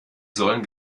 sollen